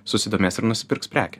susidomės ir nusipirks prekę